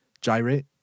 gyrate